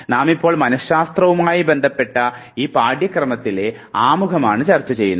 നാമിപ്പോൾ മനശാസ്ത്രവുമായി ബന്ധപ്പെട്ട ഈ പാഠ്യക്രമത്തിലെ ആമുഖമാണ് ചർച്ച ചെയ്യുന്നത്